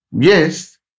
Yes